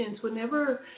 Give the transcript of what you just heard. whenever